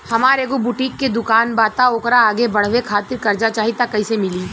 हमार एगो बुटीक के दुकानबा त ओकरा आगे बढ़वे खातिर कर्जा चाहि त कइसे मिली?